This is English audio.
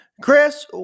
Chris